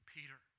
Peter